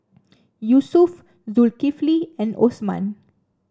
Yusuf Zulkifli and Osman